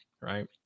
right